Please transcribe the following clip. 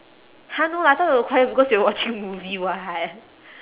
!huh! no lah I thought you were quiet because you were watching movie [what]